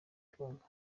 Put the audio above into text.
tunga